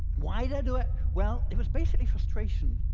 why did i do it? well, it was basically frustration.